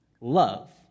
love